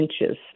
inches